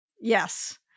Yes